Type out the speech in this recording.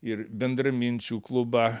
ir bendraminčių klubą